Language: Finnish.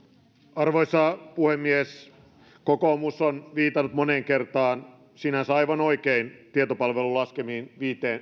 arvoisa puhemies kokoomus on viitannut moneen kertaan sinänsä aivan oikein tietopalvelun laskemaan